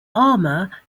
armour